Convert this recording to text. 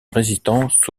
résistance